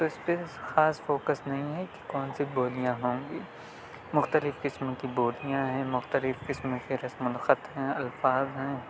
تو اس پہ خاص فوکس نہیں ہے کہ کون سی بولیاں ہوں گی مختلف قسم کی بولیاں ہیں مختلف قسم کے رسم الخط ہیں الفاظ ہیں